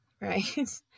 Right